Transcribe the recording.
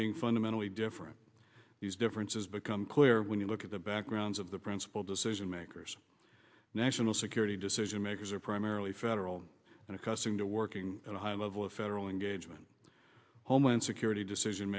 being fundamentally different these differences become clear when you look at the backgrounds of the principal decision makers national security decision makers are primarily federal and accustomed to working at a high level of federal engagement homeland security decision